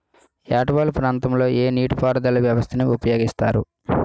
ఏట వాలు ప్రాంతం లొ ఏ నీటిపారుదల వ్యవస్థ ని ఉపయోగిస్తారు?